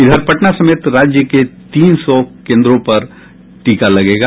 इधर पटना समेत राज्य के तीन सौ केन्द्रों पर टीका लगेगा